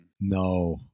No